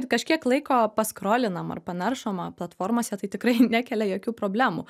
kažkiek laiko paskrolinam ar panaršoma platformose tai tikrai nekelia jokių problemų